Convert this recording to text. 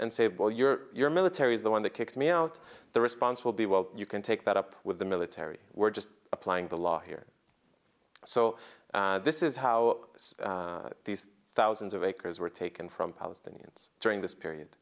and say well you're military is the one that kicked me out the response will be well you can take that up with the military we're just applying the law here so this is how these thousands of acres were taken from palestinians during this period